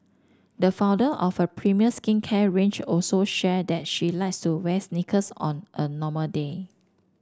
the founder of a premium skincare range also shared that she likes to wear sneakers on a normal day